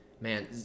man